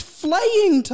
flaying